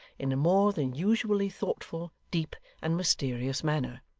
in a more than usually thoughtful, deep, and mysterious manner.